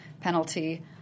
penalty